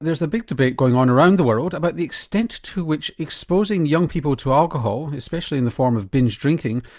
there's a big debate going on around the world about the extent to which exposing young people to alcohol, especially in the form of binge drinking,